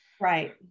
Right